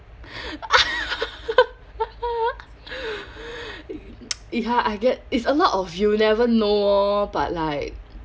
ya I get it's a lot of you'll never know but like